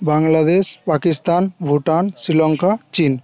বাংলাদেশ পাকিস্তান ভুটান শ্রীলঙ্কা চীন